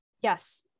Yes